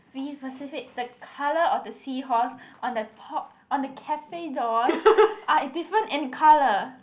be specific the colour of the seahorse on the top on the cafe doors are in different in colour